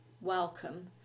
welcome